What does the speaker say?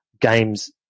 games